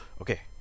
okay